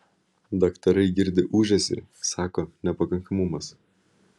daktarai girdi ūžesį sako nepakankamumas